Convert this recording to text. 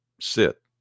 sit